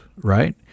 right